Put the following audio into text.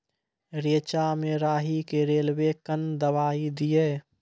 रेचा मे राही के रेलवे कन दवाई दीय?